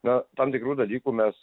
na tam tikrų dalykų mes